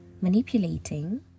Manipulating